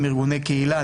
ארגוני קהילה,